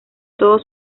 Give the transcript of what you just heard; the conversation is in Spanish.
todos